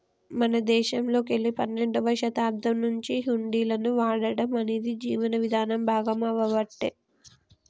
మన దేశంలోకెల్లి పన్నెండవ శతాబ్దం నుంచే హుండీలను వాడటం అనేది జీవనం భాగామవ్వబట్టే